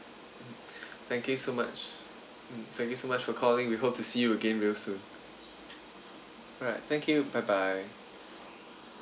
mm thank you so much mm thank you so much for calling we hope to see you again real soon alright thank you bye bye